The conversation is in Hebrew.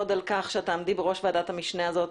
על כך שאת תעמדי בראש ועדת המשנה הזאת.